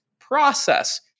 process